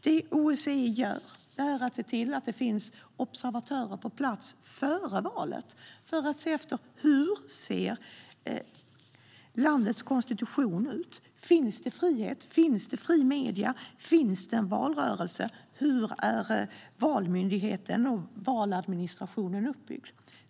Det OSSE gör är att se till att det finns observatörer på plats före valet för att se hur landets konstitution ser ut, om det finns frihet, om det finns fria medier, om det finns en valrörelse och hur valmyndigheten och valadministrationen är uppbyggd.